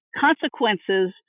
consequences